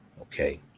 Okay